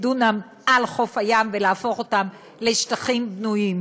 דונם על חוף הים ולהפוך אותם לשטחים בנויים.